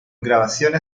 grabaciones